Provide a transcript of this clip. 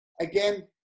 Again